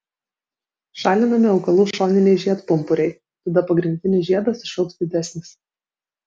šalinami augalų šoniniai žiedpumpuriai tada pagrindinis žiedas išaugs didesnis